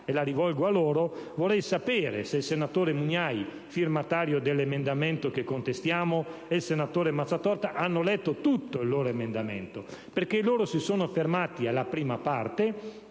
che rivolgo anche a loro. Vorrei sapere se il senatore Mugnai, firmatario dell'emendamento che contestiamo, e il senatore Mazzatorta hanno letto tutto il loro emendamento, perché a mio parere si sono fermati alla prima parte,